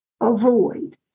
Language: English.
avoid